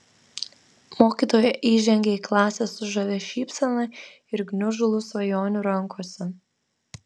mokytoja įžengė į klasę su žavia šypsena ir gniužulu svajonių rankose